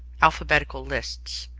alphabetical lists